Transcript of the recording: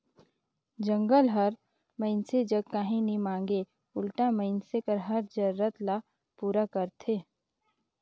जंगल हर मइनसे जग काही नी मांगे उल्टा मइनसे कर हर जरूरत ल पूरा करथे